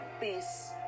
peace